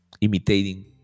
Imitating